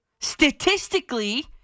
Statistically